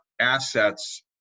assets